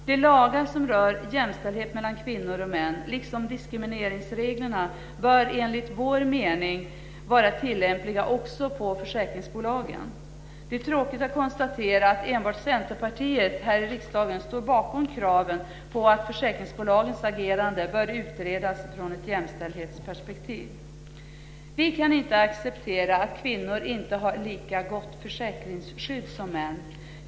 De lagar som rör jämställdhet mellan kvinnor och män liksom diskrimineringsreglerna bör enligt vår mening vara tillämpliga också för försäkringsbolagen. Det är tråkigt att konstatera att enbart Centerpartiet står bakom kraven på att försäkringsbolagens agerande bör utredas från ett jämställdhetsperspektiv. Vi kan inte acceptera att kvinnor inte har lika gott försäkringsskydd som män.